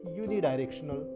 unidirectional